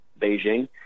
Beijing